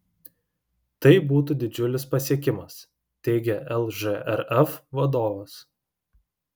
tai būtų didžiulis pasiekimas teigė lžrf vadovas